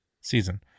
season